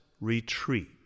retreat